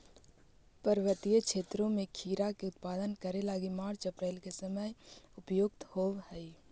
पर्वतीय क्षेत्र में खीरा के उत्पादन करे लगी मार्च अप्रैल के समय उपयुक्त होवऽ हई